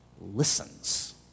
listens